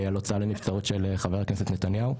על הוצאה לנבצרות של חבר הכנסת נתניהו.